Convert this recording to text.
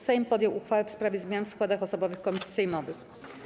Sejm podjął uchwałę w sprawie zmian w składach osobowych komisji sejmowych.